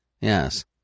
Yes